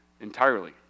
entirely